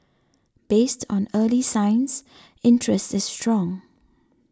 based on early signs interest is strong